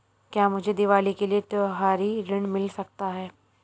क्या मुझे दीवाली के लिए त्यौहारी ऋण मिल सकता है?